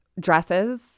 dresses